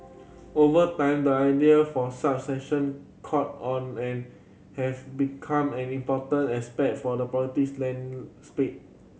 over time the idea for such session caught on and have become an important aspect for the politics land spade